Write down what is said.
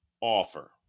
offer